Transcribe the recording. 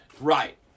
Right